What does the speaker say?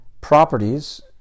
properties